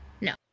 No